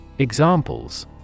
Examples